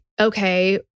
okay